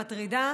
מטרידה,